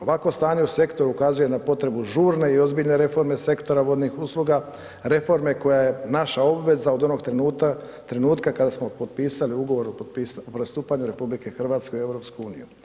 Ovakvo stanje u sektoru ukazuje na potrebu žurne i ozbiljne reforme sektora vodnih usluga, reforme koja je naša obveza od onog trenutka kada smo potpisali ugovor o pristupanju RH u EU.